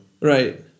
Right